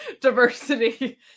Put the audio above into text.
diversity